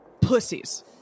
pussies